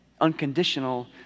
unconditional